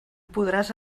podràs